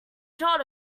told